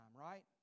right